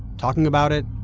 talking about it,